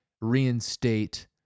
reinstate